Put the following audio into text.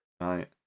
right